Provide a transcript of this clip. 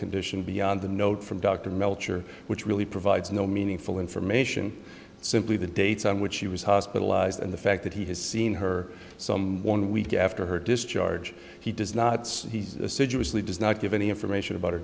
condition beyond the note from dr melcher which really provides no meaningful information simply the dates on which she was hospitalized and the fact that he has seen her some one week after her discharge he does not situationally does not give any information about her